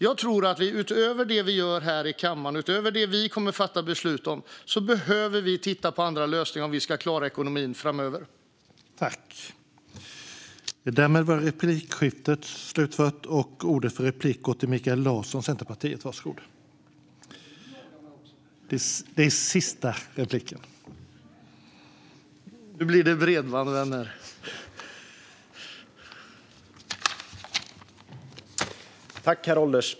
Jag tror att utöver det vi gör här i kammaren, utöver det vi kommer att fatta beslut om, behöver vi titta på andra lösningar om vi ska klara ekonomin framöver.